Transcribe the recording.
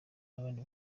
n’abandi